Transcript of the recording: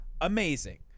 amazing